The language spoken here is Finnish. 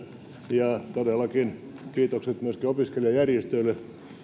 tässä todellakin kiitokset myöskin opiskelijajärjestöille